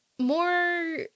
More